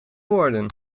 woorden